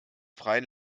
freien